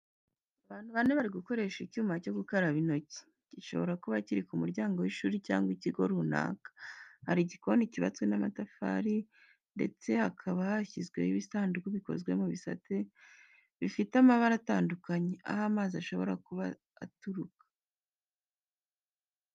Abantu bane bari gukoresha icyuma cyo gukaraba intoki, gishobora kuba kiri ku muryango w’ishuri cyangwa ikigo runaka. Hari igikoni cyubatswe n’amatafari ndetse hakaba hashyizweho ibisanduku bikozwe mu bisate bifite amabara atandukanye, aho amazi ashobora kuba aturuka.